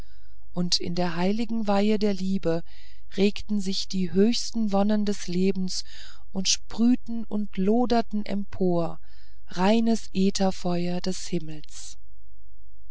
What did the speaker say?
und in der heiligen weihe der liebe regten sich die höchsten wonnen des lebens und sprühten und loderten empor reines ätherfeuer des himmels